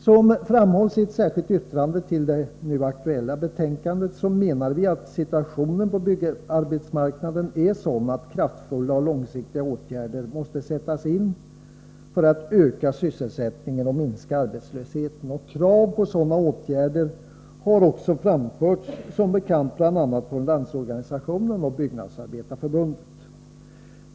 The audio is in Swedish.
Såsom framhållits i ett särskilt yttrande till det nu aktuella betänkandet menar vi att situationen på byggarbetsmarknaden är sådan att kraftfulla och långsiktiga åtgärder måste sättas in för att öka sysselsättningen och minska arbetslösheten. Krav på sådana åtgärder har som bekant också framförts bl.a. från Landsorganisationen och Byggnadsarbetareförbundet.